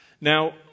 Now